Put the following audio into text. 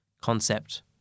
concept